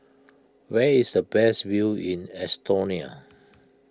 where is the best view in Estonia